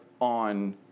On